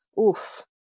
oof